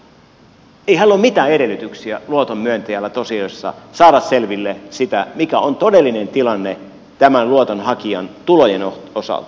ei luoton myöntäjällä ole mitään edellytyksiä tosiasiassa saada selville sitä mikä on todellinen tilanne tämän luotonhakijan tulojen osalta